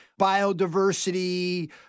biodiversity